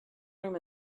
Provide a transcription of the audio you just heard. room